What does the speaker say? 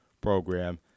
program